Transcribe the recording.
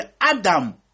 Adam